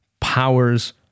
powers